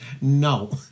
No